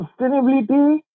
sustainability